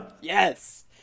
Yes